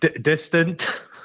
Distant